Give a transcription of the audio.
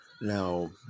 Now